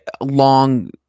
long